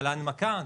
על ההנמקה,